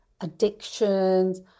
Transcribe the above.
addictions